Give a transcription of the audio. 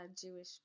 Jewish